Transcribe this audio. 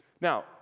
Now